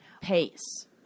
Pace